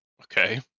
Okay